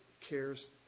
cares